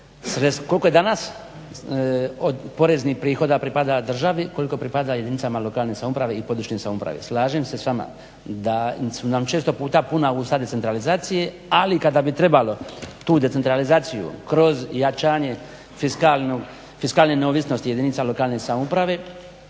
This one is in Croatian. koliko je danas poreznih prihoda pripada država koliko pripada jedinicama lokalne samouprave i područne samouprave. slažem se s vama da su nam često puta puna usta decentralizacije ali kada bi trebalo tu decentralizaciju kroz jačanje fiskalne neovisnosti jedinica lokalne samouprave